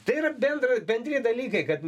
tai yra bendra bendri dalykai kad